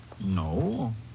No